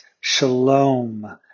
shalom